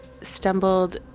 stumbled